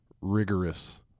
rigorous